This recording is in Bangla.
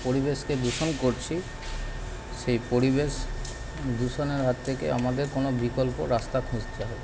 পরিবেশকে দূষণ করছি সেই পরিবেশ দূষণের হাত থেকে আমাদের কোনো বিকল্প রাস্তা খুঁজতে হবে